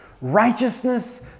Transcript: Righteousness